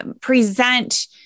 present